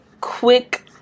quick